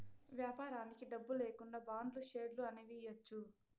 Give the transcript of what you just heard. వ్యాపారానికి డబ్బు లేకుండా బాండ్లు, షేర్లు అనేవి ఇయ్యచ్చు